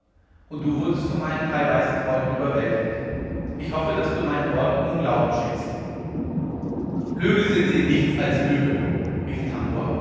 und du wurdest von meinen drei weißen freunden überwältigt ich hoffe daß du meinen worten nun glauben schenkst lüge sind sie nichts als lüge rief tangua